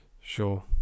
sure